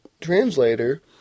translator